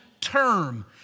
term